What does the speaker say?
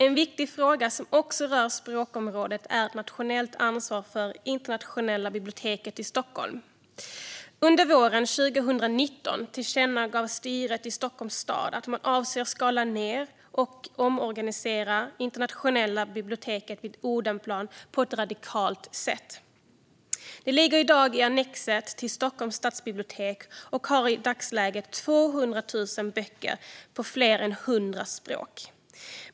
En viktig fråga som också rör språkområdet är ett nationellt ansvar för Internationella biblioteket i Stockholm. Under våren 2019 tillkännagav styret i Stockholms stad att man avser att skala ned och omorganisera Internationella biblioteket vid Odenplan på ett radikalt sätt. Det ligger i dag i annexet till Stockholms stadsbibliotek och har i dagsläget 200 000 böcker på fler än 100 språk.